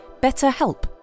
BetterHelp